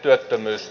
sos